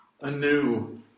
anew